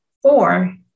Four